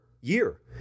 year